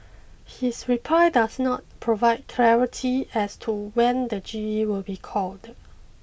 his reply does not provide clarity as to when the G E will be called